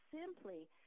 simply